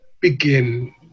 begin